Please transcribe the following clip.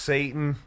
Satan